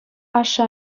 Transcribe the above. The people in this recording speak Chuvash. ашшӗ